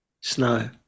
Snow